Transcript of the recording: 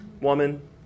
Woman